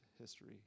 history